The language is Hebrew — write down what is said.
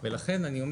ולכן אני אומר,